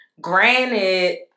Granted